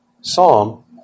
psalm